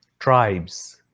tribes